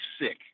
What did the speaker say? sick